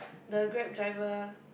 the Grab driver